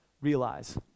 realize